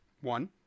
One